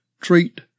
Treat